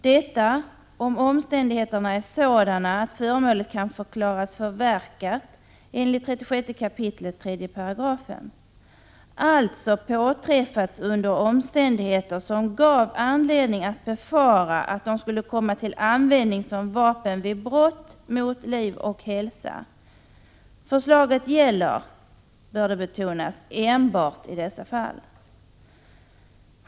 Detta gäller om omständigheterna är sådana att föremålet kan förklaras förverkat enligt 36 kap. 3 § brottsbalken, alltså har ertappats under omständigheter som gav anledning att befara att det skulle komma till användning som vapen vid brott mot liv och hälsa. Förslaget gäller, bör det betonas, enbart i detta fall.